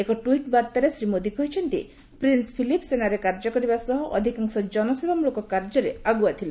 ଏକ ଟ୍ୱିଟ୍ ବାର୍ଭାରେ ଶ୍ରୀ ମୋଦି କହିଛନ୍ତି ପ୍ରିନ୍ୱ ଫିଲିପ୍ ସେନାରେ କାର୍ଯ୍ୟ କରିବା ସହ ଅଧିକାଂଶ ଜନସେବାମଳକ କାର୍ଯ୍ୟରେ ଆଗୁଆ ଥିଲେ